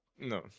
no